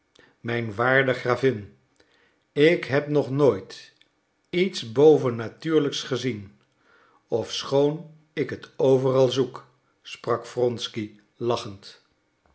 mijn waarde gravin ik heb nog nooit iets bovennatuurlijks gezien ofschoon ik het overal zoek sprak wronsky lachend